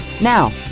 Now